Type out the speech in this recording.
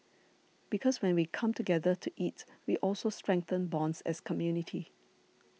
because when we come together to eat we also strengthen bonds as community